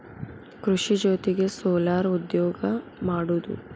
ಕೃಷಿ ಜೊತಿಗೆ ಸೊಲಾರ್ ಉದ್ಯೋಗಾ ಮಾಡುದು